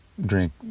drink